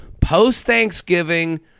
post-Thanksgiving